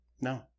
No